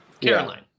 Caroline